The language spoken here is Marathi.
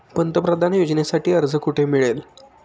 पंतप्रधान योजनेसाठी अर्ज कुठे मिळेल?